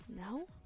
No